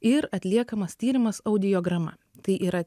ir atliekamas tyrimas audiograma tai yra